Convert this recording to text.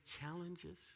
challenges